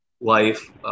life